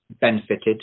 benefited